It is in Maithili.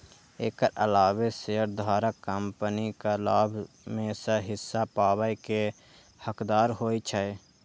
एकर अलावे शेयरधारक कंपनीक लाभ मे सं हिस्सा पाबै के हकदार होइ छै